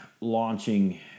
launching